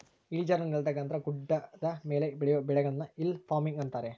ಇಳಿಜಾರು ನೆಲದಾಗ ಅಂದ್ರ ಗುಡ್ಡದ ಮೇಲೆ ಬೆಳಿಯೊ ಬೆಳೆಗುಳ್ನ ಹಿಲ್ ಪಾರ್ಮಿಂಗ್ ಆಗ್ಯತೆ